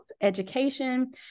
education